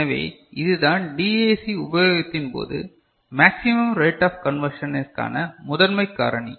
எனவே இதுதான் டிஏசி உபயோகத்தின் போது மேக்ஸிமம் ரேட் ஆஃப் கன்வென்ஷனிற்காண முதன்மைக் காரணி